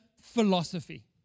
philosophy